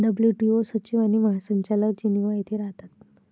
WTO सचिव आणि महासंचालक जिनिव्हा येथे राहतात